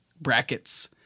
brackets